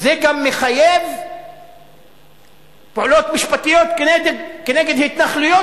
זה גם מחייב פעולות משפטיות כנגד התנחלויות